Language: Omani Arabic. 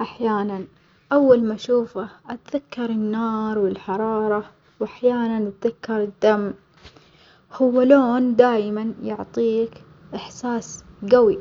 أحيانًا أول ما أشوفه أتذكر النار والحرارة، وأحيانًا أتذكر الدم، هو لون دايمًا يعطيك إحساس جوي.